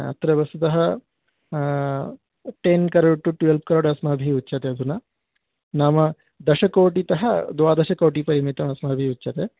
अत्र वस्तुतः ten crore two twelve crore अस्माभिः उच्यते अधुना नाम दशकोटितः द्वादशकोटिपरिमितमस्माभिः उच्यते